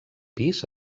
pis